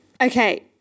Okay